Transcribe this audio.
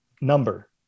number